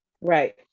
Right